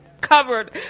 covered